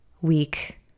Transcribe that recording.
week